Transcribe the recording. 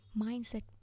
mindset